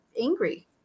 angry